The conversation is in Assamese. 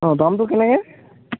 অঁ দামটো কেনেকৈ